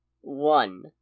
one